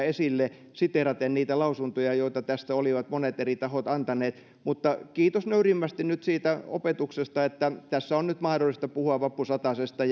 esille siteeraten niitä lausuntoja joita tästä olivat monet eri tahot antaneet mutta kiitos nöyrimmästi nyt siitä opetuksesta että tässä on nyt mahdollista puhua vappusatasesta